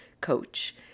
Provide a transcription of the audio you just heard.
coach